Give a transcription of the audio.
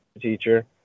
teacher